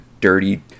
dirty